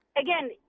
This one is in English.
again